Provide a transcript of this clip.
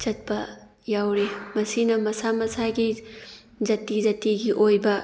ꯆꯠꯄ ꯌꯥꯎꯔꯤ ꯃꯁꯤꯅ ꯃꯁꯥ ꯃꯁꯥꯒꯤ ꯖꯥꯇꯤ ꯖꯥꯇꯤꯒꯤ ꯑꯣꯏꯕ